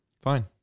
Fine